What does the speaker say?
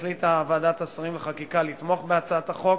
החליטה ועדת השרים לחקיקה לתמוך בהצעת החוק,